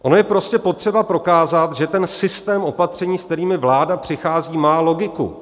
Ono je prostě potřeba prokázat, že systém opatření, se kterými vláda přichází, má logiku.